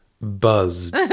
buzzed